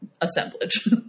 assemblage